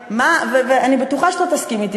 אני בטוחה שאתה תסכים אתי,